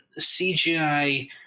CGI